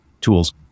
tools